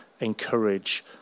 encourage